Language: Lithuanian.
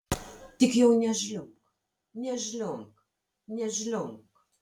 tik jau nežliumbk nežliumbk nežliumbk